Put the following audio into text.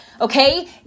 Okay